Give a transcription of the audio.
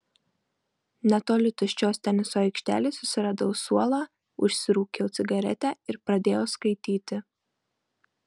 netoli tuščios teniso aikštelės susiradau suolą užsirūkiau cigaretę ir pradėjau skaityti